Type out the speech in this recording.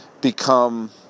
become